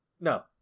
No